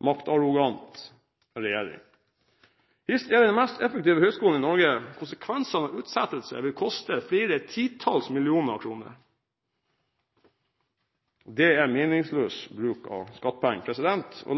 maktarrogant regjering. HiST er den mest effektive høgskolen i Norge. Konsekvensene av utsettelse vil koste flere titalls millioner kroner. Det er meningsløs bruk av skattepenger.